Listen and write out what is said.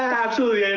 absolutely.